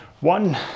one